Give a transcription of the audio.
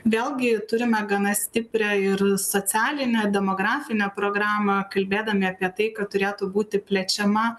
vėlgi turime gana stiprią ir socialinę demografinę programą kalbėdami apie tai kad turėtų būti plečiama